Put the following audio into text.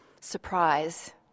surprise